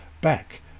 back